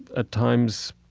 at times,